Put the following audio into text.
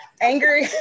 Angry